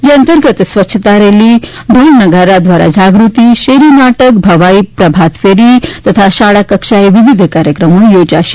જે અંતર્ગત સ્વચ્છતા રેલી ઢોલ નગારા દ્વારા જાગૃતિ શેરી નાટક ભવાઈ પ્રભાત ફેરી તથા શાળા કક્ષાએ વિવિધ કાર્યક્રમો યોજાશે